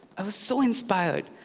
i was so inspired.